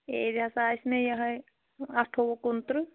ایٚج ہَسا آسہِ مےٚ یِہےَ اَٹھوٚوُہ کُنترٕٛہ